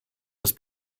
des